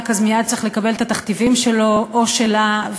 אז מייד צריך לקבל את התכתיבים שלו או שלה,